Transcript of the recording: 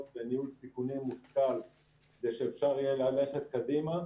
וניהול סיכונים מושכל כדי שאפשר יהיה ללכת קדימה.